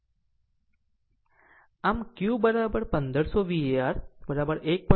Q 1500 var 1